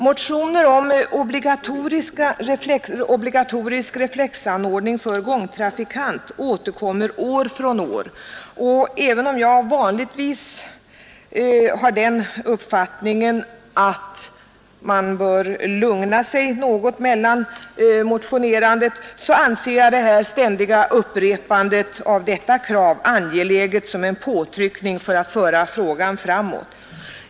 Motioner om obligatorisk reflexanordning för gångtrafikant återkommer år från år. Även om jag vanligtvis har den uppfattningen att man bör lugna sig något mellan motionerandet anser jag det ständiga upprepandet av detta krav angeläget som en påtryckning för att föra frågan framåt.